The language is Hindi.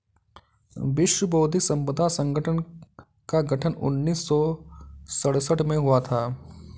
विश्व बौद्धिक संपदा संगठन का गठन उन्नीस सौ सड़सठ में हुआ था